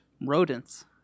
Rodents